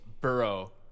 Burrow